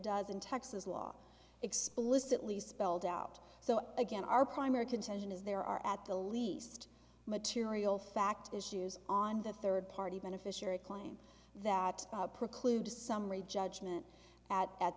does in texas law explicitly spelled out so again our primary contention is there are at the least material fact issues on the third party beneficiary claim that precludes summary judgment at